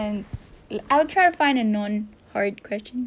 everything is susahnya soalan awak